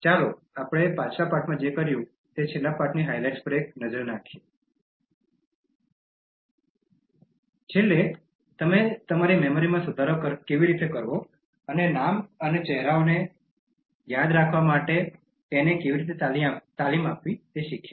ચાલો આપણે પાછલા પાઠમાં જે કર્યું તે છેલ્લા પાઠની હાઇલાઇટ્સપર એક નજર નાખીએ છેલ્લે તમે તમારી મેમરીમાં સુધારો કેવી રીતે કરવો અને નામો અને ચહેરાઓને યાદ રાખવા માટે તેને કેવી રીતે તાલીમ આપવી તે શીખ્યા